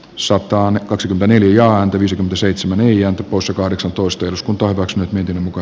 sotaan kaksi taiteilijaa rivi seitsemän neljä usa kahdeksantoista eduskuntaurax nyt miten muka